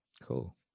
cool